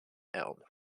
elm